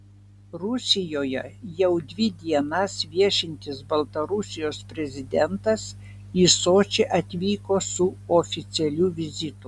rusijoje jau dvi dienas viešintis baltarusijos prezidentas į sočį atvyko su oficialiu vizitu